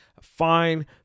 fine